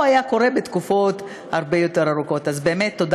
או שהיה קורה בתקופות הרבה יותר ארוכות,